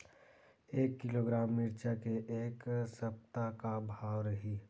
एक किलोग्राम मिरचा के ए सप्ता का भाव रहि?